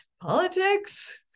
politics